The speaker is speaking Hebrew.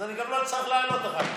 אז אני לא אצטרך לעלות בכלל.